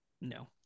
No